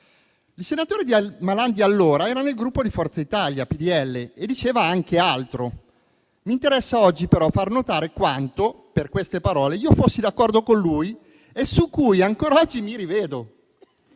Il senatore di Malan di allora era nel Gruppo Forza Italia-PDL, e diceva anche altro. Mi interessa oggi però far notare quanto, per queste parole, io fossi d'accordo con lui e sulle quali ancora oggi mi rivedo.